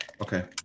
Okay